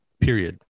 period